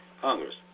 Congress